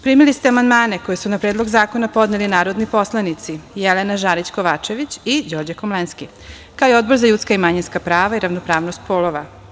Primili ste amandmane koje su na Predlog zakona podneli narodni poslanici Jelena Žarić Kovačević i Đorđe Komlenski, kao i Odbor za ljudska i manjinska prava i ravnopravnost polova.